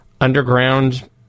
underground